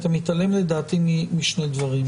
אתה מתעלם לדעתי משני דברים.